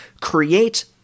create